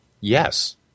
yes